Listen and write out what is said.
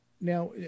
Now